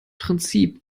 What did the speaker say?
prinzip